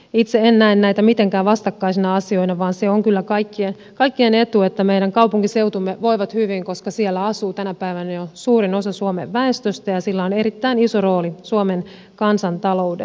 itse en näe näitä mitenkään vastakkaisina asioina vaan se on kyllä kaikkien etu että meidän kaupunkiseutumme voivat hyvin koska siellä asuu tänä päivänä jo suurin osa suomen väestöstä ja niillä on erittäin iso rooli suomen kansantaloudessa